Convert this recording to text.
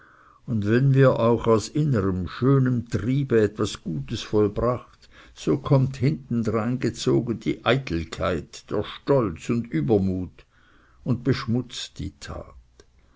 und wenn wir auch aus innerm schönem triebe etwas gutes vollbracht so kommt hintendrein gezogen die eitelkeit der stolz und übermut und beschmutzt die tat